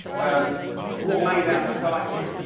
um what made our society.